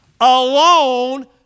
alone